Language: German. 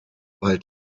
weil